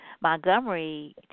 Montgomery